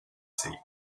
see